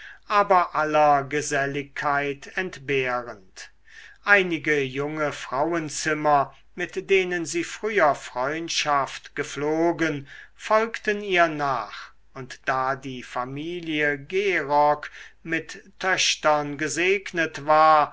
aber aller geselligkeit entbehrend einige junge frauenzimmer mit denen sie früher freundschaft gepflogen folgten ihr nach und da die familie gerock mit töchtern gesegnet war